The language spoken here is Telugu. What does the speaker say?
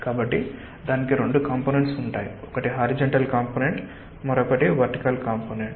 కాబట్టి దానికి రెండు కాంపొనెంట్స్ ఉంటాయి ఒకటి హారీజంటల్ కాంపొనెంట్ మరొకటి వర్టికల్ కాంపొనెంట్